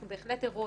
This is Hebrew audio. אנחנו בהחלט ערות